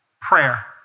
prayer